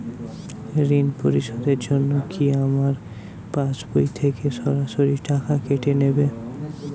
ঋণ পরিশোধের জন্য কি আমার পাশবই থেকে সরাসরি টাকা কেটে নেবে?